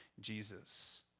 Jesus